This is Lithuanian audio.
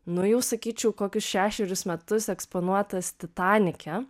nu jau sakyčiau kokius šešerius metus eksponuotas titanike